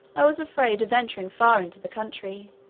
i was afraid of venturing far into the country.